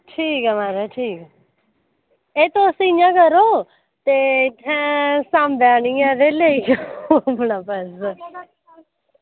ठीक ऐ महाराज ठीक ऐ एह् तुस इ'यां करो ते सांबा आनियै लेई जाओ अपना पर्स